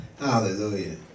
Hallelujah